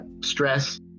Stress